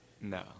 No